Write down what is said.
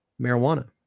marijuana